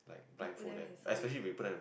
like put them in solid